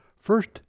First